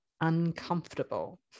uncomfortable